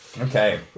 Okay